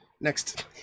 Next